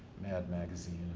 mad magazine.